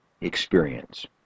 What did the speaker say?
experience